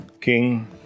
King